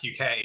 uk